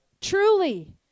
Truly